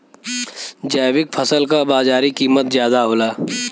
जैविक फसल क बाजारी कीमत ज्यादा होला